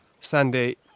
Sandy